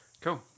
Cool